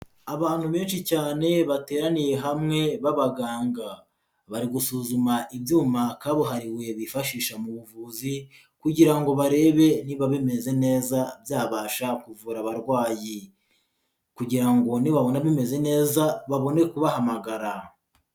Abantu benshi cyane bateraniye hamwe b'abaganga, bari gusuzuma ibyuma kabuhariwe bifashisha mu buvuzi kugira ngo barebe niba bimeze neza byabasha kuvura abarwayi kugira ngo nibabona bimeze neza babone kubahamagara.